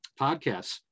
podcasts